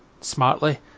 smartly